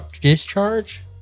discharge